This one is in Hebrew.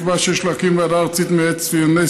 נקבע שיש להקים ועדה ארצית מייעצת לענייני